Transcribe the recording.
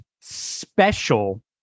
special